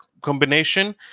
combination